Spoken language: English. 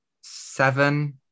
seven